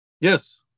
Yes